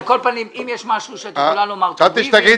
על כל פנים, אם יש משהו שאת יכולה לומר, תגידי.